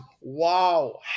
wow